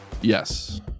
Yes